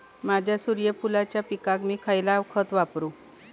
माझ्या सूर्यफुलाच्या पिकाक मी खयला खत वापरू?